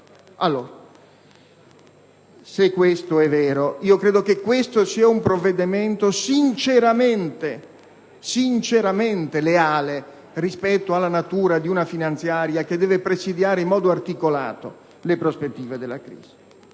allora, se questo è vero, credo che si tratti di un provvedimento sinceramente leale rispetto alla natura di una finanziaria che deve presidiare in modo articolato le prospettive della crisi.